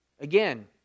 Again